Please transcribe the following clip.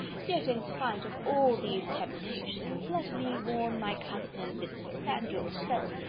yet in spite of all these temptations, let me warn my cousin elizabeth, and yourself,